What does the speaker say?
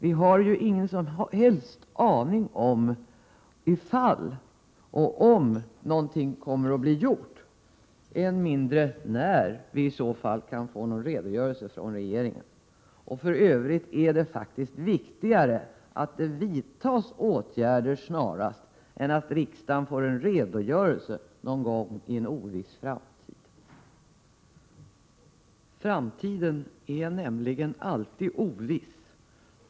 Vi har ju ingen som helst aning om ifall något kommer att bli gjort, än mindre när vi i så fall kan förvänta någon redogörelse från regeringen. Och för övrigt är det viktigare att erforderliga åtgärder snarast vidtas än att riksdagen får ”en redogörelse” någon gång i en oviss framtid. Framtiden är nämligen alltid oviss.